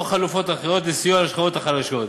או חלופות אחרות לסיוע לשכבות החלשות.